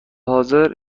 حاضر